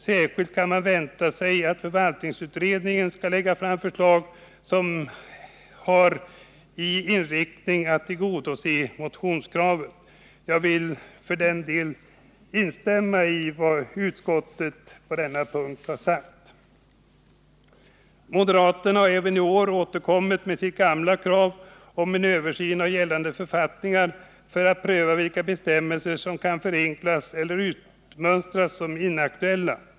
Särskilt kan man vänta sig att förvaltningsutredningen skall lägga fram förslag, som är ägnat att tillgodose motionskravet. Jag instämmer på denna punkt i vad utskottet har sagt. Moderaterna har även i år återkommit med sitt gamla krav på en översyn av gällande författningar för att pröva vilka bestämmelser som kan förenklas eller utmönstras som inaktuella.